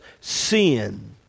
sin